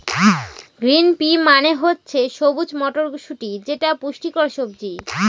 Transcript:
green pea মানে হচ্ছে সবুজ মটরশুটি যেটা পুষ্টিকর সবজি